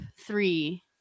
three